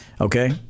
okay